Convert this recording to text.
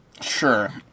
Sure